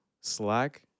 slack